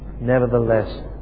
nevertheless